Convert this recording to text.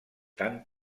tan